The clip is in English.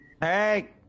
Hey